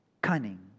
cunning